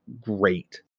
great